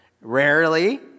Rarely